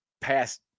past